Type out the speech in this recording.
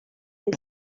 dei